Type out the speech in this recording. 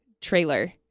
trailer